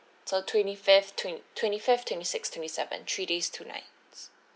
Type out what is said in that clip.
so twenty-fifth twenty twenty-fifth twenty-sixth twenty-seventh three days two night